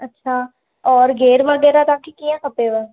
अच्छा और घेर वग़ैरह तव्हांखे कीअं खपेव